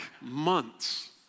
months